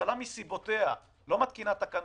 הממשלה מסיבותיה לא מתקינה תקנות,